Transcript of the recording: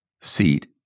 seat